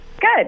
Good